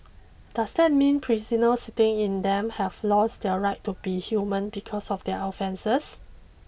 does that mean the prisoners sitting in them have lost their right to be human because of their offences